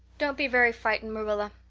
don't be very frightened, marilla.